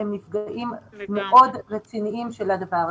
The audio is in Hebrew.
הם נפגעים מאוד רציניים של הדבר הזה.